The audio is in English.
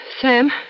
Sam